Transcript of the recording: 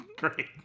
Great